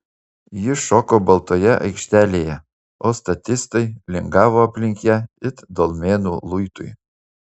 ji šoko baltoje aikštelėje o statistai lingavo aplink ją it dolmenų luitui